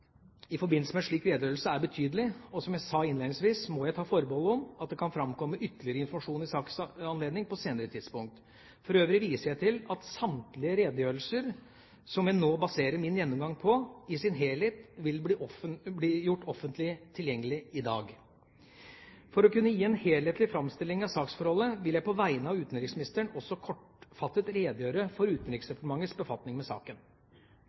i forbindelse med en slik redegjørelse, er betydelig, og som jeg sa innledningsvis, må jeg ta forbehold om at det kan framkomme ytterligere informasjon i sakens anledning på et senere tidspunkt. For øvrig viser jeg til at samtlige redegjørelser, som jeg nå baserer min gjennomgang på, i sin helhet vil bli gjort offentlig tilgjengelig i dag. For å kunne gi en helhetlig framstilling av saksforholdet vil jeg på vegne av utenriksministeren også kortfattet redegjøre for Utenriksdepartementets befatning med saken.